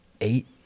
eight